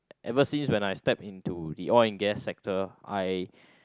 ever since when I step into the oil and gas sector I